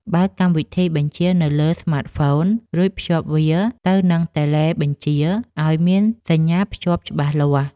បើកកម្មវិធីបញ្ជានៅលើស្មាតហ្វូន រួចភ្ជាប់វាទៅនឹងតេឡេបញ្ជាឱ្យមានសញ្ញាភ្ជាប់ច្បាស់លាស់។